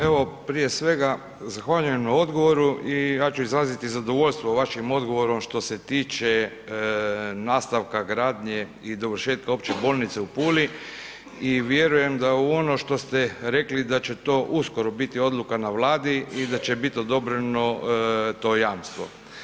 Evo, prije svega, zahvaljujem na odgovoru i ja ću izraziti zadovoljstvo vašim odgovorom što se tiče nastavka gradnje i dovršetka Opće bolnice u Puli i vjerujem da u ono što ste rekli, da će to uskoro biti odluka na Vladi i da će biti odobreno to jamstvo.